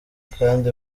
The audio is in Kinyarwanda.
kandi